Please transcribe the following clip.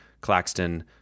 Claxton